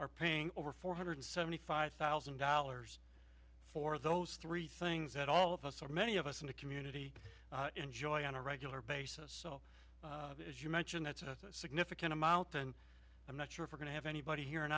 are paying over four hundred seventy five thousand dollars for those three things that all of us are many of us in the community enjoy on a regular basis as you mentioned that's a significant amount and i'm not sure if we're going to have anybody here in